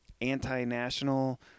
anti-national